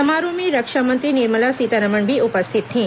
समारोह में रक्षा मंत्री निर्मला सीतारमण भी उपस्थित थीं